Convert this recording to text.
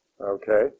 okay